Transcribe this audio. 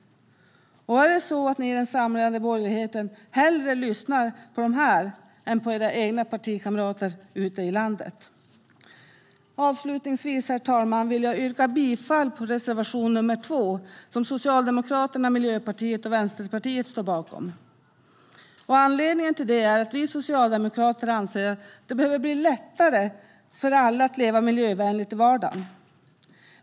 Är det så att ni i den samlade borgerligheten hellre lyssnar på dem än på era egna partikamrater ute i landet? Avslutningsvis, herr talman, vill jag yrka bifall till reservation 2, som Socialdemokraterna, Miljöpartiet och Vänsterpartiet står bakom. Anledningen till det är att vi socialdemokrater anser att det behöver bli lättare för alla att leva miljövänligt i vardagen.